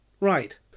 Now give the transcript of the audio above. Right